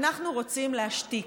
אנחנו רוצים להשתיק.